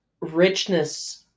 richness